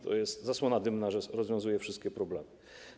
To jest zasłona dymna; ma rozwiązywać wszystkie problemy.